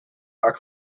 are